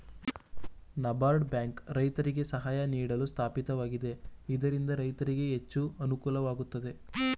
NABARD bank ರೈತರಿಗೆ ಸಹಾಯ ನೀಡಲು ಸ್ಥಾಪಿತವಾಗಿದೆ ಇದರಿಂದ ರೈತರಿಗೆ ಹೆಚ್ಚು ಅನುಕೂಲವಾಗುತ್ತದೆ